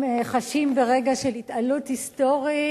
הם חשים רגע של התעלות היסטורית.